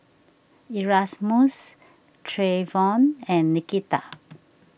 Erasmus Treyvon and Nikita